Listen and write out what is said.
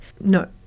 no